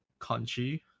Conchi